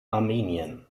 armenien